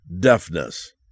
deafness